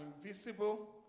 invisible